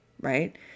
right